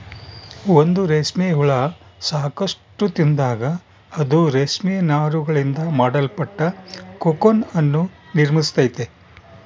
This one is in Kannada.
ಒಂದು ರೇಷ್ಮೆ ಹುಳ ಸಾಕಷ್ಟು ತಿಂದಾಗ, ಅದು ರೇಷ್ಮೆ ನಾರುಗಳಿಂದ ಮಾಡಲ್ಪಟ್ಟ ಕೋಕೂನ್ ಅನ್ನು ನಿರ್ಮಿಸ್ತೈತೆ